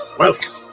Welcome